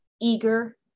eager